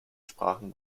sprachen